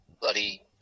bloody